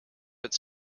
its